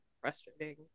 frustrating